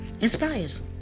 Inspires